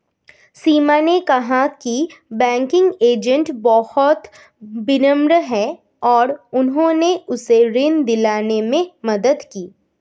सीमा ने कहा कि बैंकिंग एजेंट बहुत विनम्र हैं और उन्होंने उसे ऋण दिलाने में मदद की